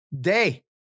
day